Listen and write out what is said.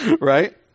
right